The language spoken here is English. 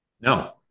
No